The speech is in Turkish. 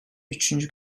üçüncü